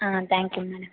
ah thank you madam